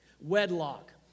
Wedlock